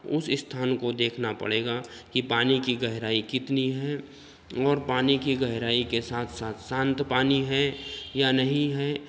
उस स्थान को देखना पड़ेगा कि पानी की गहराई कितनी हैं और पानी की गहराई के साथ साथ शांत पानी है या नहीं है